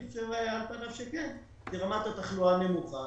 על פניו אני חושב שכן כי רמת התחלואה נמוכה,